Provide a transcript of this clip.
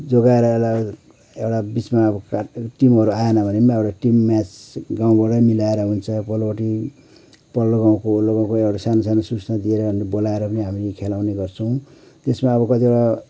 जोगाएर एउटा बिचमा अब टिमहरू आएन भने पनि अब टिम म्याच गाउँबाट मिलाएर हुन्छ पल्लोपट्टि पल्लो गाउँको वल्लो गाउँको एउटा सानो सानो सूचना दिएर अनि बोलाएर पनि हामी खेलाउने गर्छौँ त्यसमा अब कतिवटा